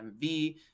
mv